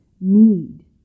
need